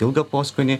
ilgą poskonį